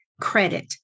credit